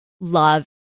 love